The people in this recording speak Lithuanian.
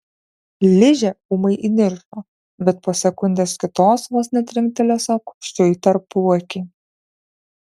ližė ūmai įniršo bet po sekundės kitos vos netrinktelėjo sau kumščiu į tarpuakį